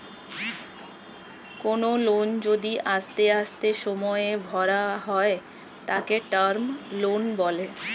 কোনো লোন যদি আস্তে আস্তে সময়ে ভরা হয় তাকে টার্ম লোন বলে